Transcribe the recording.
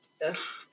Yes